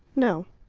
no.